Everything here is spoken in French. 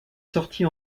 sortie